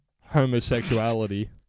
homosexuality